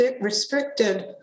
restricted